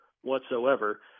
whatsoever